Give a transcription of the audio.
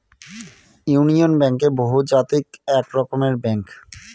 union bank বহুজাতিক এক রকমের ব্যাঙ্ক